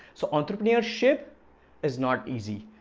so entrepreneurship is not easy.